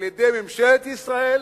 על-ידי ממשלת ישראל,